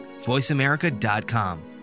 voiceamerica.com